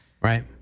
Right